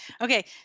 Okay